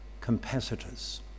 competitors